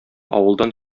авылдан